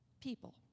people